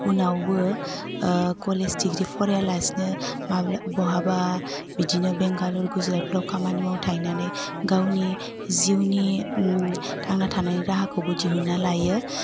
उनावबो college degree फरायालासिनो माब्ला बहाबा बिदिनो बेंगालुर गुजुरातफोराव खामानि मावनो थाहैनानै गावनि जिउनि थां थानाय राहाखौबो दिहुनना लायो